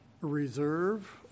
reserve